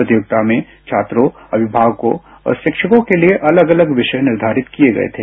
प्रतियोगिता में छात्रों अभिभावकों और शिक्षकों के लिए अलग अलग विषय निर्धारित किये गए थे